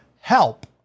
help